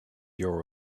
your